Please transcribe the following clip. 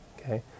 Okay